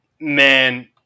man